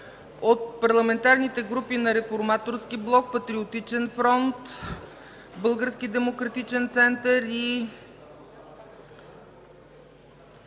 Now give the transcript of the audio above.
От парламентарните групи на „Реформаторски блок”, „Патриотичен фронт” и „Български демократичен център”